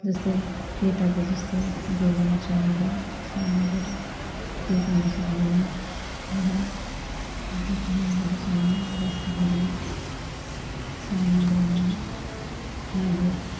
जस्तै केटाको जस्तो व्यवहार छ मेरो सह्मालेर केही गर्नु सक्दिनँ होइन दिदीहरूसँग बस्दाखेरि सानो बेलामा मैले